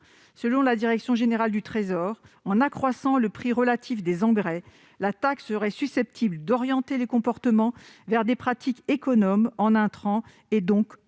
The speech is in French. Selon la direction générale du Trésor, « en accroissant le prix relatif des engrais, la taxe serait susceptible d'orienter les comportements vers des pratiques économes en intrants et donc moins